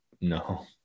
no